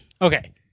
okay